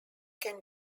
can